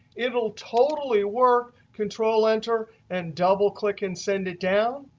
it will totally work, control-enter, and double click, and send it down.